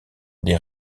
des